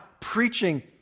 preaching